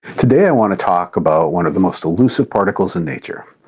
today i want to talk about one of the most elusive particles in nature.